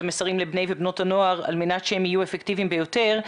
המסרים לבני ובנות הנוער על מנת שהם יהיו אפקטיביים ביותר.